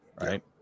right